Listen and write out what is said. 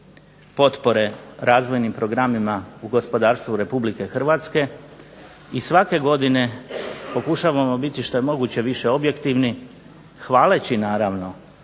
potpore razvojnim programima u gospodarstvu Republike Hrvatske, i svake godine pokušavamo biti što je moguće više objektivni hvaleći naravno